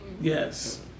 Yes